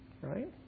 right